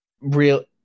real